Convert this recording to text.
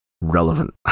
relevant